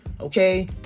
okay